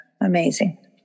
amazing